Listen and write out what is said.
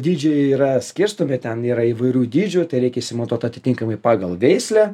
dydžiai yra skirstomi ten yra įvairių dydžių tai reik išsimatuot atitinkamai pagal veislę